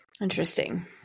Interesting